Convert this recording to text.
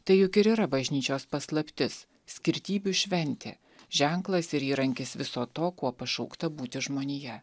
tai juk ir yra bažnyčios paslaptis skirtybių šventė ženklas ir įrankis viso to kuo pašaukta būti žmonija